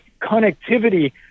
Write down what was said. connectivity